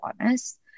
honest